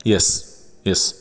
yes yes